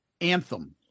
anthem